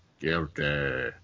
guilty